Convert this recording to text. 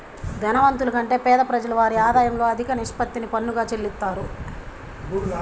ధనవంతుల కంటే పేద ప్రజలు వారి ఆదాయంలో అధిక నిష్పత్తిని పన్నుగా చెల్లిత్తారు